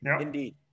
Indeed